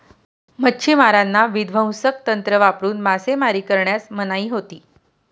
मच्छिमारांना विध्वंसक तंत्र वापरून मासेमारी करण्यास मनाई होती